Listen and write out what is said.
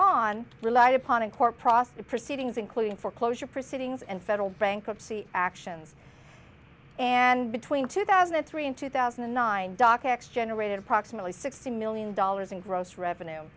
on relied upon in court process proceedings including foreclosure proceedings and federal bankruptcy actions and between two thousand and three and two thousand and nine doc x generated approximately sixty million dollars in gross revenue